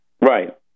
Right